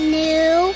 new